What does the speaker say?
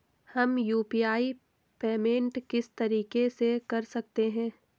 हम UPI payment किस तरीके से कर सकते हैं?